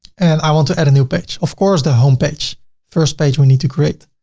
and i want to add a new page. of course, the homepage first page we need to create.